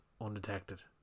undetected